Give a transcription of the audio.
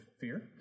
fear